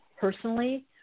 personally